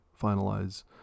finalize